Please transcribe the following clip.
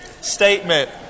statement